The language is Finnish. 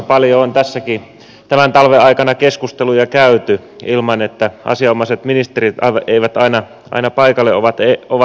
paljon on tässäkin tämän talven aikana keskusteluja käyty ilman että asianomaiset ministerit aina paikalle ovat ehtineet